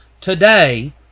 Today